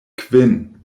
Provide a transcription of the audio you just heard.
kvin